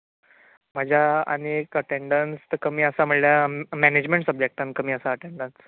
म्हज्या आनी एक अटँडंस कमी आसा म्हणल्यार मॅनेजमेन्ट सबजेक्टांत कमी आसा